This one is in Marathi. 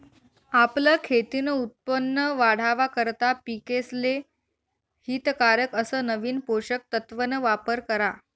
आपलं खेतीन उत्पन वाढावा करता पिकेसले हितकारक अस नवीन पोषक तत्वन वापर करा